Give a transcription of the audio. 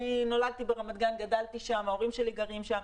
נולדתי וגדלתי שם וההורים שלי גרים שם